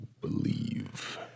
believe